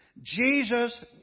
Jesus